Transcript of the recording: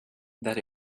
that